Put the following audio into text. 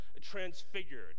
transfigured